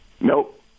Nope